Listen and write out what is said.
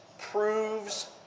proves